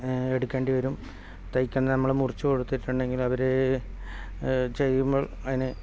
എടുക്കേണ്ടി വരും തയ്ക്കുന്ന നമ്മൾ മുറിച്ചു കൊടുത്തിട്ടുണ്ടെങ്കിൽ അവർ ചെയ്യുമ്പോൾ അതിന്